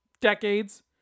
Decades